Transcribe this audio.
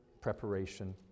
preparation